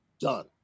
done